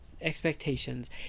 expectations